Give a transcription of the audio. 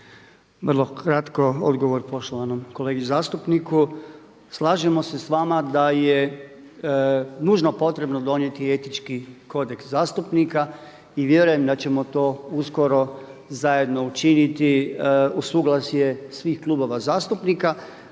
Vrlo kratko, odgovor poštovanom kolegi zastupniku. Slažemo se s vama da je nužno potrebno donijeti etički kodeks zastupnika i vjerujem da ćemo to uskoro zajedno učiniti u suglasje svih klubova zastupnika.